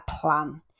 plan